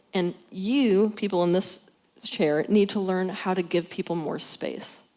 and you people in this chair, need to learn how to give people more space.